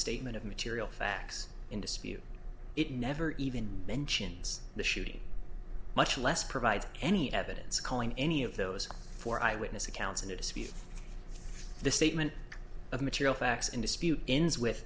statement of material facts in dispute it never even mentions the shooting much less provide any evidence calling any of those four eyewitness accounts and it is the statement of material facts in dispute ins with